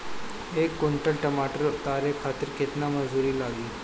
एक कुंटल टमाटर उतारे खातिर केतना मजदूरी लागी?